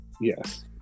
Yes